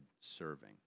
serving